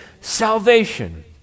salvation